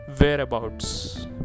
whereabouts